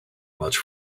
much